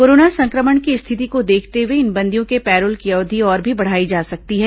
corona संक्रमण की स्थिति को देखते हुए इन बंदियों के पैरोल की अवधि और भी बढ़ाई जा सकती है